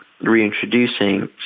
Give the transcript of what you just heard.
reintroducing